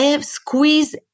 squeeze